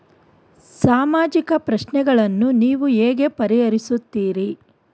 ಸಾಮಾಜಿಕ ಪ್ರಶ್ನೆಗಳನ್ನು ನೀವು ಹೇಗೆ ಪರಿಹರಿಸುತ್ತೀರಿ?